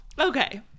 Okay